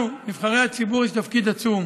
לנו, נבחרי הציבור, יש תפקיד עצום